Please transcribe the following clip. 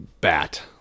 bat